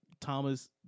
Thomas